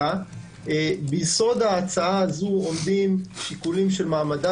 ביסוד ההצעה הזו עומדים שיקולים של מעמדה